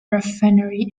refinery